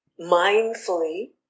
mindfully